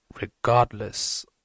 regardless